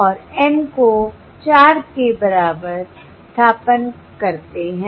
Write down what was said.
और N को चार के बराबर स्थानापन्न करते हैं